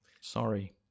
Sorry